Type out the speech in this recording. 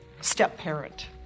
step-parent